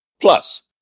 Plus